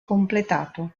completato